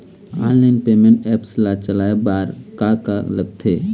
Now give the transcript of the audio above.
Online payment apps ला चलाए बार का का लगथे?